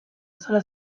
axola